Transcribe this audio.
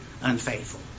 unfaithful